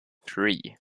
three